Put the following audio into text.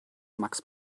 max